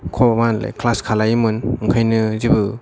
class खालामोमोन ओंखायनो जेबो